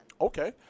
Okay